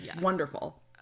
wonderful